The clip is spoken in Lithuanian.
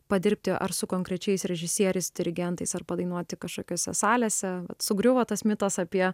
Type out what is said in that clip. padirbti ar su konkrečiais režisieriais dirigentais ar padainuoti kažkokiose salėse vat sugriuvo tas mitas apie